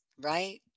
Right